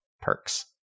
perks